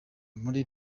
muri